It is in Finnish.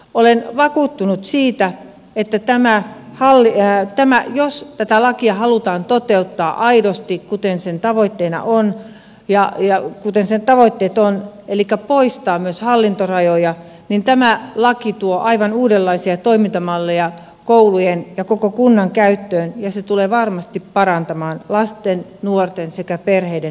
olen vakuuttunut siitä että jos tätä lakia halutaan toteuttaa aidosti kuten sen tavoitteena on jay ja miten sen tavoitteita on elikkä poistaa myös hallintorajoja niin tämä laki tuo aivan uudenlaisia toimintamalleja koulujen ja koko kunnan käyttöön ja se tulee varmasti parantamaan lasten nuorten sekä perheiden hyvinvointia